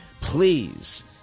please